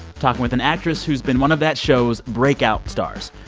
talking with an actress who's been one of that show's breakout stars.